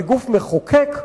כגוף מחוקק,